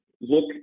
look